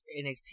NXT